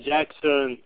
Jackson